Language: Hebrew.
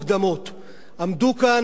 עמדו כאן נציגי הממשלה,